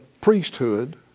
priesthood